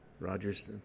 Rogers